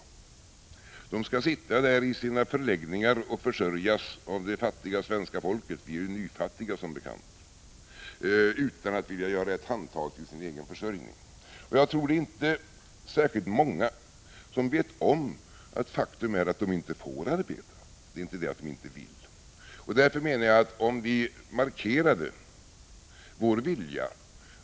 Det sägs att de skall sitta i sina förläggningar och utan att vilja göra ett handtag för sitt eget uppehälle försörjas av det nyfattiga svenska folket — vi är ju nyfattiga som bekant. Det är inte särskilt många som vet om att faktum är att de inte får arbeta. Det är inte så att de inte vill.